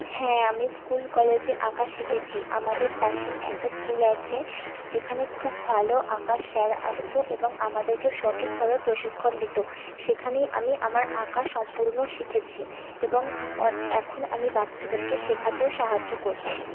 হ্যাঁ আমি স্কুল কলেজে আঁকা শিখেছি আমাদের পাশেই একটা স্কুল আছে যেখানে খুব ভালো আঁকার স্যর আসত এবং আমাদেরকে সঠিকভাবে প্রশিক্ষণ দিত সেখানেই আমি আমার আঁকা সম্পূর্ণ শিখেছি এবং এখন আমি বাচ্চাদেরকে শেখাতেও সাহায্য করছি